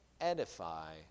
edify